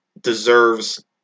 deserves